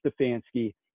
Stefanski